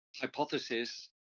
hypothesis